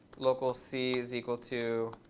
local c is equal to